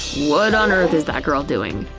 what on earth is that girl doing?